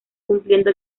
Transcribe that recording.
cumpliendo